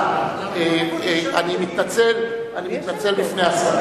אני רואה שזה הפך להיות מנהג.